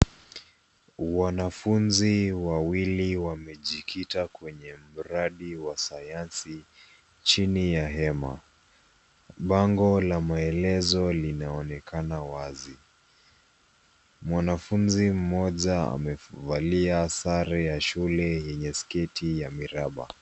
Wanafunzi wawili wamejikita kwenye mradi wa sayansi chini ya hema. Bango la maelezo linaonekana wazi. Mwanafunzi mmoja amevalia sare ya shule yenye sketi ya miraba.